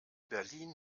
berlin